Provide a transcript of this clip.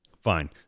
fine